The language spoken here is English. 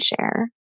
share